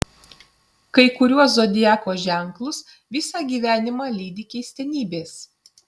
kai kuriuos zodiako ženklus visą gyvenimą lydi keistenybės